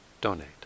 donate